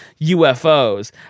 UFOs